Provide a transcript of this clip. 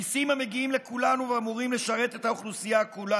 מיסים המגיעים לכולנו ואמורים לשרת את האוכלוסייה כולה.